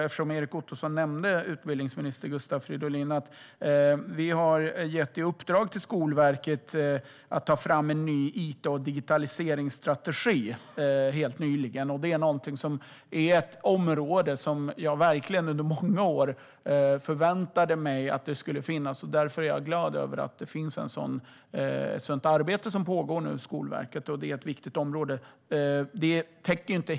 Eftersom Erik Ottoson nämnde utbildningsminister Gustav Fridolin vill jag också passa på att säga att vi helt nyligen har gett Skolverket i uppdrag att ta fram en ny it och digitaliseringsstrategi. Det är ett område som jag under många år förväntade mig skulle finnas, och jag är därför glad att det nu pågår ett sådant arbete inom Skolverket. Det är ett viktigt område.